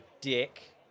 dick